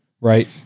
right